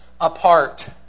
apart